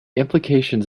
implications